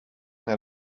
naar